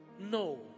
No